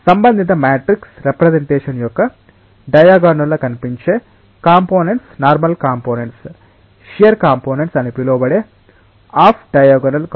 సంబంధిత matrix representation యొక్క diagonal లో కనిపించే components normal components shear components అని పిలవబడే ఆఫ్ డయాగోనల్ కంపోనెంట్స్ ఉన్నాయి